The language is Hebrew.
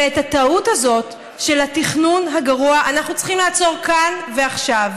ואת הטעות הזאת של התכנון הגרוע אנחנו צריכים לעצור כאן ועכשיו,